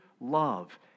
love